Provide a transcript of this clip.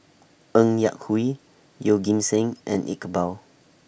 Ng Yak Whee Yeoh Ghim Seng and Iqbal